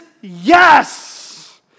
yes